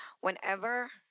whenever